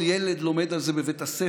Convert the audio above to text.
כל ילד לומד על זה בבית הספר.